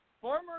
former